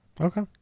Okay